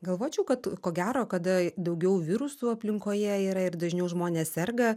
galvočiau kad ko gero kada daugiau virusų aplinkoje yra ir dažniau žmonės serga